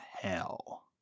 hell